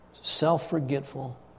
self-forgetful